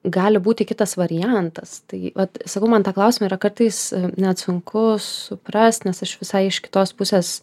gali būti kitas variantas tai vat sakau man tą klausimą yra kartais net sunku suprast nes aš visai iš kitos pusės